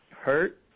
hurt